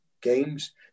games